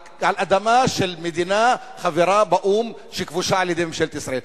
על אדמה של מדינה חברה באו"ם שכבושה על-ידי ממשלת ישראל.